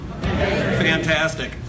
Fantastic